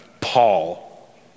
Paul